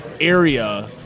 area